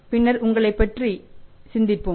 பின்னர் உங்களைப் பற்றி சிந்திப்போம்